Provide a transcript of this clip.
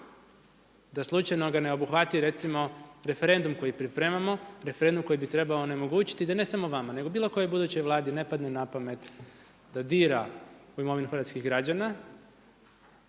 da slučajno ga ne obuhvati, recimo referendum koji pripremamo, referendum koji bi trebao onemogućiti, da ne samo vama, nego bilo kojoj budućoj Vladi ne padne napamet, da dira imovinu hrvatskih građana